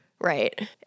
Right